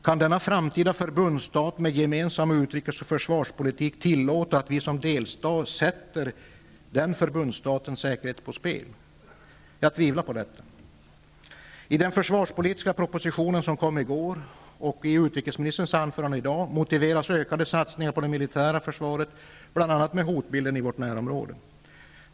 Kan denna framtida förbundsstat med gemensam utrikes och försvarspolitik tillåta att vi som delstat sätter förbundsstatens säkerhet på spel? Jag tvivlar på detta. I den försvarspolitiska propositionen, som kom i går, och i utrikesministerns anförande i dag motiveras ökade satsningar på det militära försvaret bl.a. med hotbilden i vårt närområde.